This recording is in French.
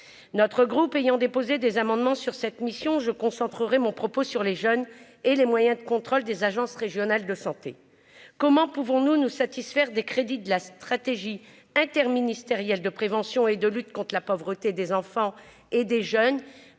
notre groupe ayant déposé des amendements sur cette mission, je concentrerai mon propos sur les jeunes et les moyens de contrôle des agences régionales de santé, comment pouvons-nous nous satisfaire des crédits de la stratégie interministériel de prévention et de lutte contre la pauvreté des enfants et des jeunes